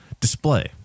display